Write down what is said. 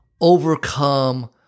overcome